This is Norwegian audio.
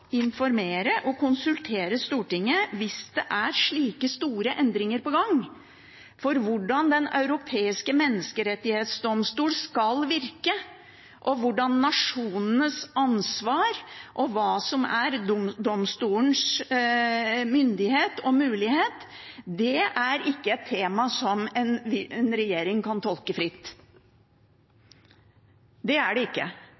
slike store endringer på gang. Hvordan Den europeiske menneskerettsdomstolen skal virke, hva som er nasjonenes ansvar, og hva som er domstolens myndighet og mulighet, er ikke et tema som en regjering kan tolke fritt. Det